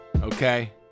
okay